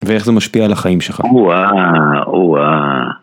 ואיך זה משפיע על החיים שלך. אוהה, אוהה